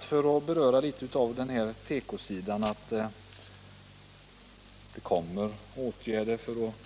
För att beröra tekosidan litet är det naturligtvis tacknämligt att det kommer åtgärder på det området.